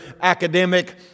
academic